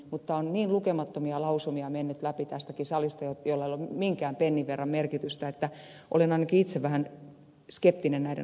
mutta on niin lukemattomia lausumia mennyt läpi tästäkin salista joilla ei ole minkään pennin verran merkitystä että olen ainakin itse vähän skeptinen näiden lausumien voimallisuuden suhteen